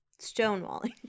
stonewalling